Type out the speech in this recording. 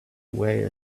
away